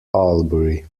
albury